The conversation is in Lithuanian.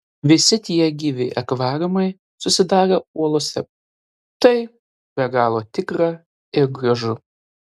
visi tie gyvi akvariumai susidarę uolose tai be galo tikra ir gražu